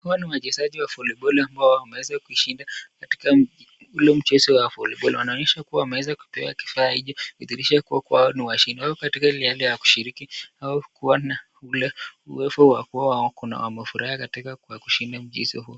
Hawa ni wachezaji wa voliboli ambao wameweza kushinda katika ule mchezo wa voliboli ,wanaonyesha kuwa wameweza kupewa kifaa hicho kudhihirisha kuwa wao ni washindi, wako katika ile hali ya kushiriki au kuwa na ule uwezo wa kuwa wamefurahi kwa kushinda katika mchezo huo.